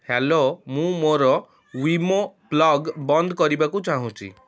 hello ମୁଁ ମୋର Wemo plug ବନ୍ଦ କରିବାକୁ ଚାହୁଁଛି